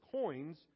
coins